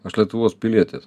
aš lietuvos pilietis